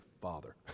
father